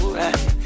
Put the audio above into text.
right